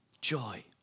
Joy